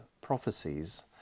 prophecies